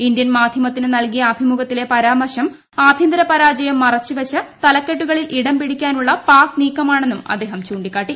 Indian മാധ്യമത്തിന് നൽകി അഭിമുഖത്തിലെ പരാമർശം ആഭ്യന്തരപരാജയം മറച്ചുവച്ച് തലക്കെട്ടുകളിൽ ഇടംപിടിക്കാനുള്ള പാക് നീക്കമാണെന്നും അദ്ദേഹം ചൂണ്ടിക്കാട്ടി